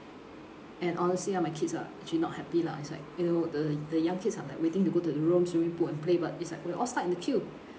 and honestly ah my kids are actually not happy lah it's like you know the y~ the young kids are like waiting to go to the room swimming pool and play but it's like we are all stuck in the queue